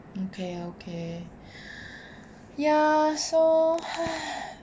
mm ya so